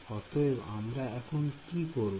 অতএব আমরা এখন কী করবো